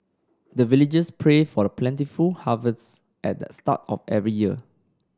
the villagers pray for plentiful harvest at the start of every year